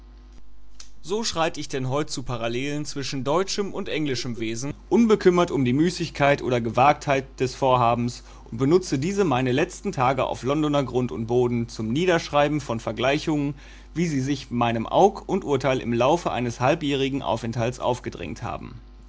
so schreit ich denn heut zu parallelen zwischen deutschem und englischem wesen unbekümmert um die müßigkeit oder gewagtheit des vorhabens und benutze diese meine letzten tage auf londoner grund und boden zum niederschreiben von vergleichungen wie sie sich meinem aug und urteil im laufe eines halbjährigen aufenthaltes aufgedrängt haben